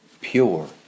pure